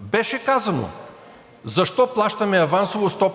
Беше казано защо плащаме авансово сто